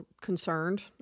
concerned